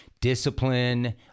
discipline